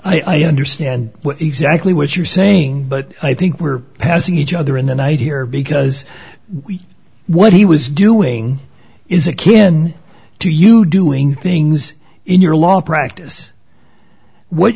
i understand exactly what you're saying but i think we're passing each other in the night here because what he was doing is akin to you doing things in your law practice what